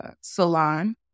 salon